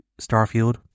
Starfield